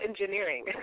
engineering